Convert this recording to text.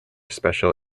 special